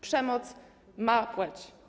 Przemoc ma płeć.